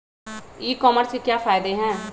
ई commerce के क्या फायदे हैं?